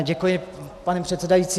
Děkuji, pane předsedající.